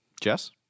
Jess